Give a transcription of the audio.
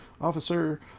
officer